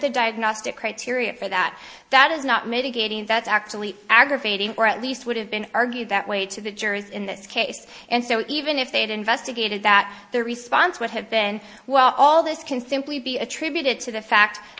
the diagnostic criteria for that that is not mitigating that's actually aggravating or at least would have been argued that way to the jurors in this case and so even if they had investigated that their response would have been well all this can simply be attributed to the fact